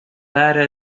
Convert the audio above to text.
para